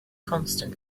constant